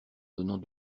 donnant